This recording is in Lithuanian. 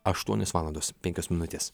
aštuonios valandos penkios minutės